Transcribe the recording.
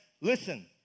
listen